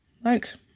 thanks